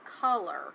color